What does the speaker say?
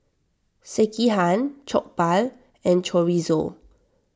Sekihan Jokbal and Chorizo